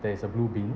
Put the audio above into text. there's a blue bin